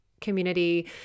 community